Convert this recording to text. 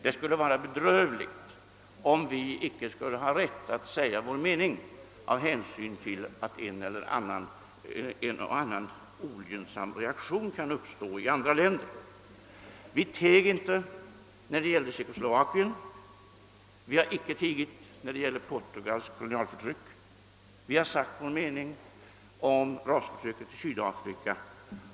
Det skulle vara bedrövligt om vi icke skulle ha rätt att säga vår mening av hänsyn till att en och annan ogynnsam reaktion kan uppstå i andra länder. Vi teg inte när det gäll de Tjeckoslovakien, vi har inte tigit när det gäller Portugals kolonialförtryck och vi har sagt vår mening om rasförtrycket i Sydafrika.